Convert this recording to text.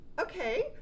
okay